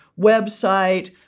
website